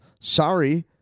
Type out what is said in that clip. Sorry